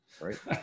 right